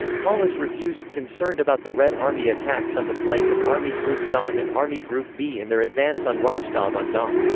paulus refused, concerned about the red army attacks on the flank of army group don and army group b in their advance on rostov-on-don,